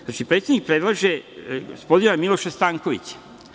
Znači, predsednik predlaže gospodina Miloša Stankovića.